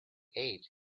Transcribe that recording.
ate